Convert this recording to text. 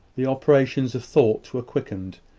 the operations of thought were quickened,